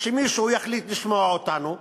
שמישהו יחליט לשמוע אותנו,